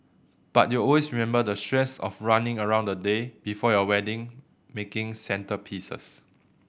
but you'll always remember the stress of running around the day before your wedding making centrepieces